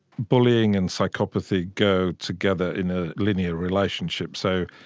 bullying and psychopathy go together in a linear relationship. so,